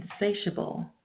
insatiable